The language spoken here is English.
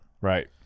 Right